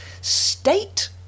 state